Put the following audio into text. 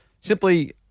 simply